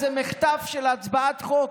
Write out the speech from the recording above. של איזה מחטף של הצבעת חוק,